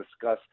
discuss